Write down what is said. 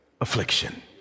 affliction